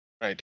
Right